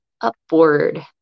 upward